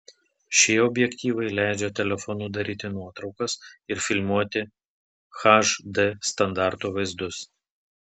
šie objektyvai leidžia telefonu daryti nuotraukas ir filmuoti hd standarto vaizdus